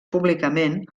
públicament